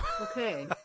Okay